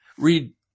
Read